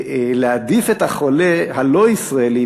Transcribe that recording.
להעדיף את החולה הלא-ישראלי,